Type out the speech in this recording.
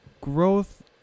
growth